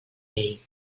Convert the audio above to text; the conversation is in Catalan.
llei